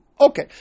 Okay